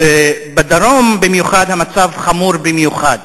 בדרום המצב חמור במיוחד.